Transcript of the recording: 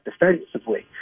defensively